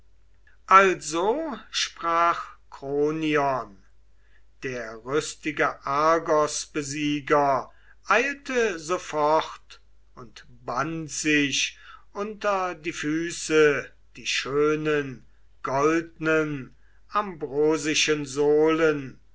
also sprach kronion der rüstige argosbesieger eilte sofort und band sich unter die füße die schönen goldnen ambrosischen sohlen